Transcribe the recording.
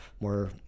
more